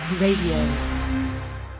Radio